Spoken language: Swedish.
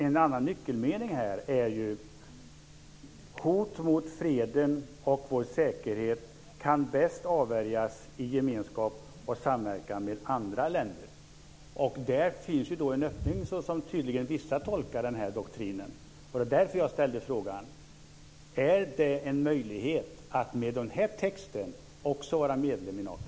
En annan nyckelmening är denna: "Hot mot freden och vår säkerhet kan bäst avvärjas i gemenskap och samverkan med andra länder." Där finns en öppning, som vissa tydligen tolkar doktrinen. Det var därför jag ställde frågan: Är det en möjlighet att med den här texten också vara medlem i Nato?